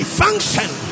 function